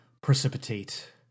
precipitate